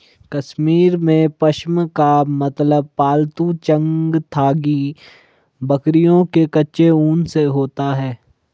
कश्मीर में, पश्म का मतलब पालतू चंगथांगी बकरियों के कच्चे ऊन से होता है